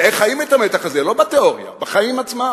ואיך חיים את המתח הזה, לא בתיאוריה, בחיים עצמם.